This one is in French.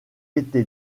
été